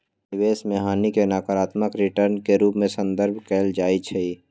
निवेश में हानि के नकारात्मक रिटर्न के रूप में संदर्भित कएल जाइ छइ